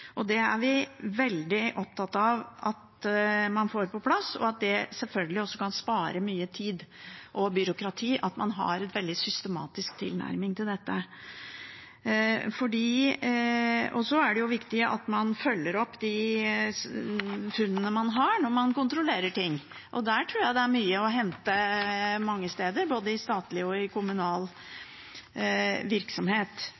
er veldig opptatt av at man får det på plass. Selvfølgelig kan det også spare mye tid og byråkrati når man har en veldig systematisk tilnærming til dette. Så er det viktig at man følger opp de funnene man har når man kontrollerer ting. Der tror jeg det er mye å hente mange steder, både i statlig og i